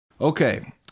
Okay